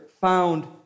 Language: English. found